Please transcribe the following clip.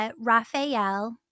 Raphael